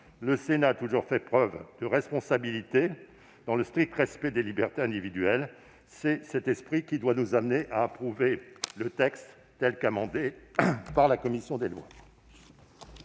Le Sénat a toujours fait preuve de responsabilité dans le strict respect des libertés individuelles : c'est cet esprit qui doit nous conduire à approuver le texte tel que la commission des lois